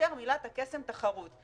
פרט למילת הקסם: תחרות.